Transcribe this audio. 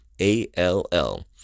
a-l-l